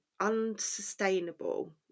unsustainable